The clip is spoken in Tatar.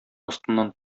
астыннан